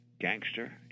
gangster